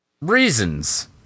reasons